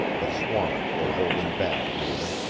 the swamp will hold him back, nada.